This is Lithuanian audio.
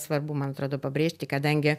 svarbu man atrodo pabrėžti kadangi